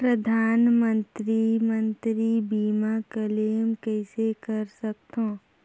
परधानमंतरी मंतरी बीमा क्लेम कइसे कर सकथव?